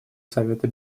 совета